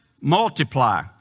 multiply